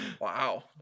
Wow